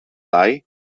lai